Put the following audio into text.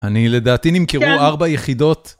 אני לדעתי נמכרו, כן, ארבע יחידות